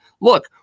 Look